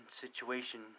situation